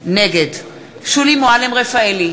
נגד שולי מועלם-רפאלי,